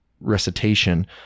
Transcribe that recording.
recitation